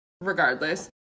regardless